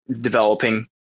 developing